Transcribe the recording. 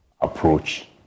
approach